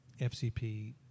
FCP